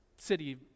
city